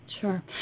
Sure